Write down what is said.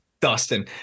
Dustin